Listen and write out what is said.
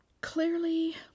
Clearly